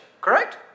correct